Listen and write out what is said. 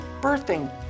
birthing